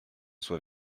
soit